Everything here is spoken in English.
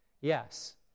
Yes